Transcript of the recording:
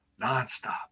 Nonstop